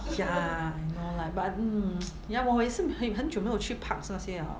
ya I know lah but mm ya 我也是很很久没有去 parks 那些 liao